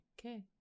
Okay